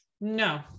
no